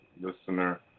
listener